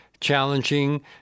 Challenging